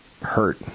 hurt